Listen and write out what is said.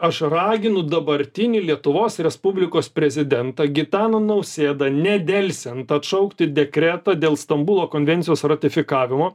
aš raginu dabartinį lietuvos respublikos prezidentą gitaną nausėdą nedelsiant atšaukti dekretą dėl stambulo konvencijos ratifikavimo